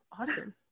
Awesome